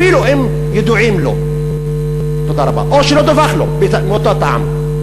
אפילו אם הם ידועים לו, או שלא דווח לו מאותו טעם?